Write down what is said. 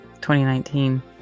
2019